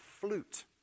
flute